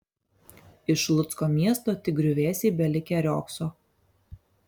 iš lucko miesto tik griuvėsiai belikę riogso